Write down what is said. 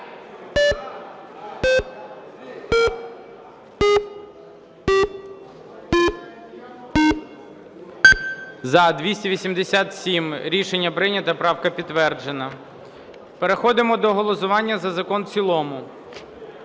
За-287 Рішення прийнято. Правка підтверджена. Переходимо голосування за закон в цілому.